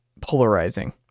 polarizing